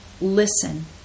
Listen